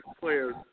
players